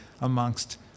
amongst